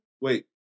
Wait